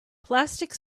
plastic